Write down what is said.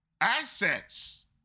Assets